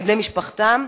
את בני-משפחתם,